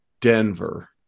Denver